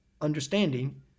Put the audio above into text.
understanding